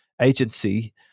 agency